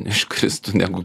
iškristų negu